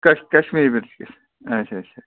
کشمیٖری مِرٕچ اچھَا اچھَا اچھَا